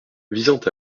visant